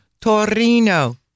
Torino